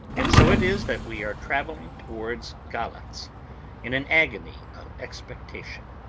and so it is that we are travelling towards galatz in an agony of expectation.